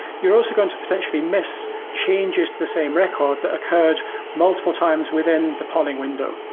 you're also going to potentially miss changes to the same record that occurred multiple times within the polling window.